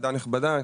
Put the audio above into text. ועדה נכבדה,